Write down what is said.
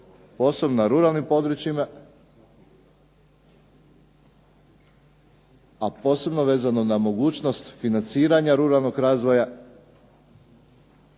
posebno na ruralnim područjima, a posebno vezano na mogućnost financiranja ruralnog razvoja